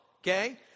Okay